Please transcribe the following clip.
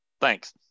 Thanks